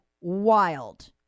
wild